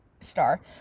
star